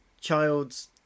child's